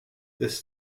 this